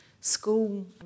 school